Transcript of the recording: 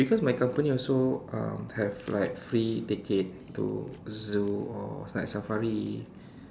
because my company also um have like free ticket to zoo or night safari